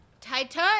Titan